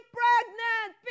pregnant